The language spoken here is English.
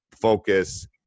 focus